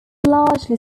largely